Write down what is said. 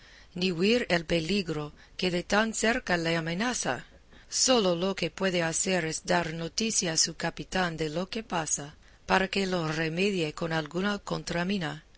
ni huir el peligro que de tan cerca le amenaza sólo lo que puede hacer es dar noticia a su capitán de lo que pasa para que lo remedie con alguna contramina